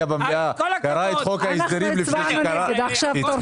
במליאה קרא את חוק ההסדרים לפני שהצביע?